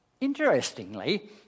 Interestingly